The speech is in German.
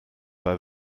bei